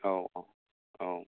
औ औ औ